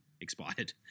expired